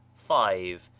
five.